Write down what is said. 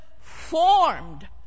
formed